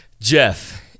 Jeff